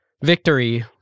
victory